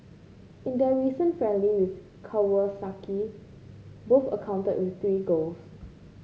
in their recent friendly with Kawasaki both accounted for three goals